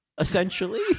essentially